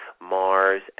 Mars